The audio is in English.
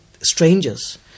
strangers